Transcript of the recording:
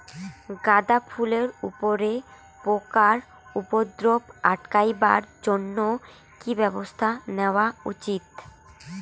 গাঁদা ফুলের উপরে পোকার উপদ্রব আটকেবার জইন্যে কি ব্যবস্থা নেওয়া উচিৎ?